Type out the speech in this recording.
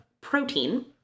protein